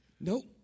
Nope